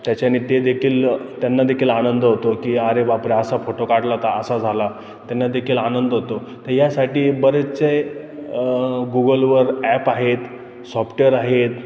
त्याच्याने ते देखील त्यांनादेखील आनंद होतो की अरे बापरे असा फोटो काढला होता असा झाला त्यांनादेखील आनंद होतो तर यासाठी बरेचसे आहे गुगलवर ॲप आहेत सॉफ्टवेअर आहेत